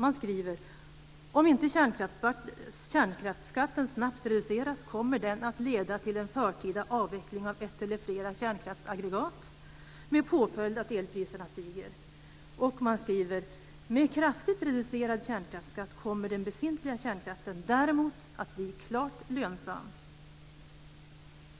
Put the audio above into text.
Man skriver: Om inte kärnkraftsskatten snabbt reduceras kommer den att leda till en förtida avveckling av ett eller flera kärnkraftsaggregat med påföljd att elpriserna stiger. Med kraftigt reducerad kärnkraftsskatt kommer den befintliga kärnkraften däremot att bli klart lönsam.